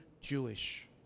Jewish